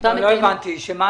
העמותה תסכים שנראה